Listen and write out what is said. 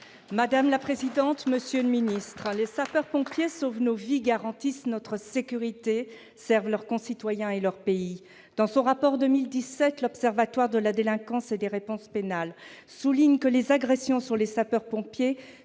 mes chers collègues, les sapeurs-pompiers sauvent nos vies, garantissent notre sécurité, servent leurs concitoyens et leur pays. Or, dans son rapport annuel de 2017, l'Observatoire de la délinquance et des réponses pénales souligne que les agressions sur les sapeurs-pompiers